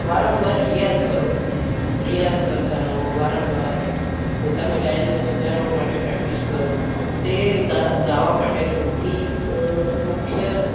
વારંવાર રિયાઝ કરો રિયાઝ કરતા રહો વારંવાર પોતાના ગાયનને સુધારવા માટે પ્રેક્ટિસ કરો તે ગાવા માટે સૌથી મુખ્ય